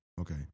Okay